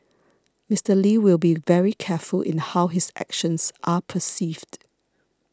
Mister Lee will be very careful in how his actions are perceived